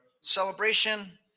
celebration